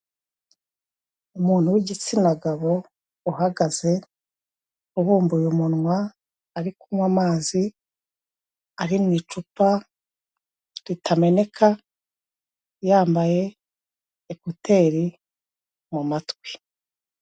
Umuntu w'igitsina gabo uhagaze ubumbuye umunwa ari kunywa amazi ari mu icupa ritameneka yambaye ekuteri mu matwi.